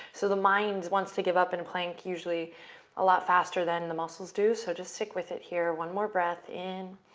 so the mind wants to give up in a plank usually a lot faster than the muscles do. so just stick with it here. one more breath in.